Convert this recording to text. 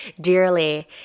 dearly